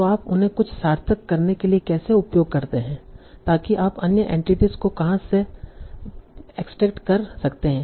तो आप उन्हें कुछ सार्थक करने के लिए कैसे उपयोग करते हैं ताकि आप अन्य एंटिटीस को कहां से एक्सट्रेक्ट कर सकते हैं